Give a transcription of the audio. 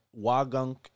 Wagunk